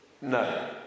No